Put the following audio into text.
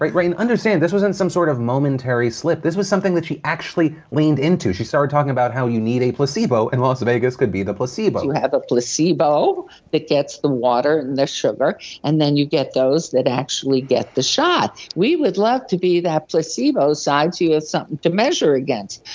right right and understand, this wasn't some sort of momentary slip, this was something that she actually leaned into, she started talking about how you need a placebo and las vegas could be the placebo. you have a placebo that gets the water and the sugar and then you get those that actually get the shot. we would love to be that placebo side so you have something to measure against,